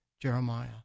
Jeremiah